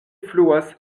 fluas